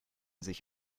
sich